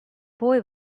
boy